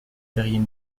terriers